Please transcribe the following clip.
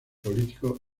político